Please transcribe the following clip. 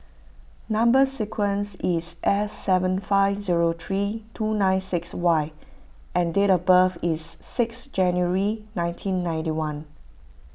Number Sequence is S seven five zero three two nine six Y and date of birth is six January nineteen ninety one